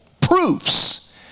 proofs